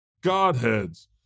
Godheads